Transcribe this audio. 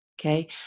Okay